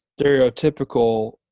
stereotypical